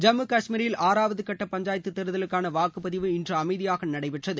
ஜம்மு கஷ்மீரில் ஆறாவது கட்ட பஞ்சாயத்து தேர்தலுக்காள வாக்குப்பதிவு இன்று அமைதியாக நடைபெற்றது